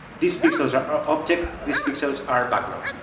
these pixels are are object. these pixels are background.